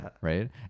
right